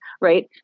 Right